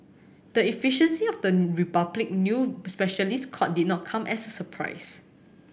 the efficiency of the Republic new specialist court did not come as a surprise